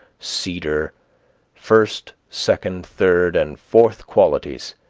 cedar first, second, third, and fourth qualities,